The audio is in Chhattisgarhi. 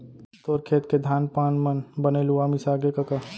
तोर खेत के धान पान मन बने लुवा मिसागे कका?